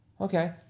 Okay